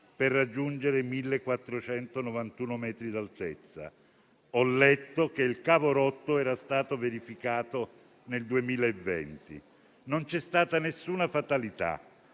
per raggiungere 1.491 metri di altezza. Ho letto che il cavo rotto era stato verificato nel 2020. Non c'è stata nessuna fatalità.